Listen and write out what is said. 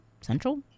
central